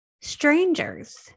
strangers